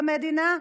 במדינה,